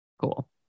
Cool